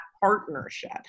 partnership